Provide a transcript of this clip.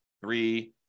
three